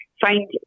find